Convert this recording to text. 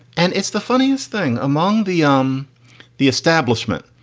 and it's the funniest thing among the um the establishment,